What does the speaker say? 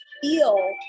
feel